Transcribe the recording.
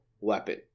weapon